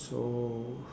so